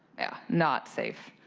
yeah not safe.